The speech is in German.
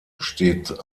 steht